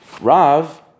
Rav